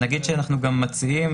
אנחנו גם מציעים